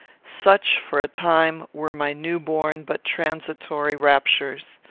such, for a time, were my new-born but transitory raptures.